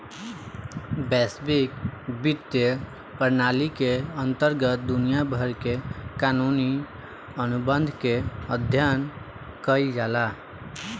बैसविक बित्तीय प्रनाली के अंतरगत दुनिया भर के कानूनी अनुबंध के अध्ययन कईल जाला